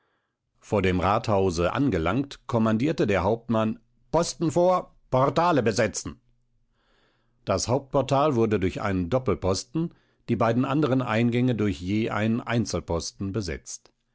vor dem rathause angelangt kommandierte der hauptmann posten vor portale besetzen das hauptportal wurde durch einen doppelposten die beiden anderen eingänge durch je einen einzelposten besetzt